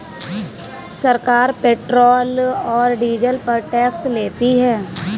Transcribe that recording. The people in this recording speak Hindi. सरकार पेट्रोल और डीजल पर टैक्स लेती है